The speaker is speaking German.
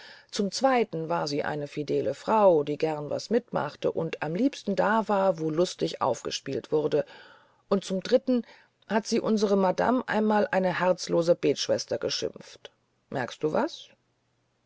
zum zweiten war sie eine fidele frau die gern was mitmachte und am liebsten da war wo lustig aufgespielt wurde und zum dritten hat sie unsere madame einmal eine herzlose betschwester geschimpft merkst du was